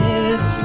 Yes